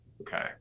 okay